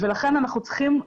ולכן אנחנו צריכים לוודא,